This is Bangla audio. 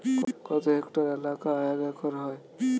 কত হেক্টর এলাকা এক একর হয়?